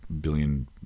billion